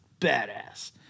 badass